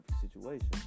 situation